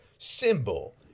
Symbol